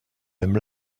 même